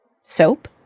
soap